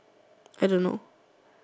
I don't know